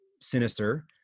sinister